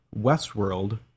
Westworld